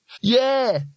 Yeah